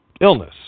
illness